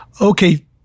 Okay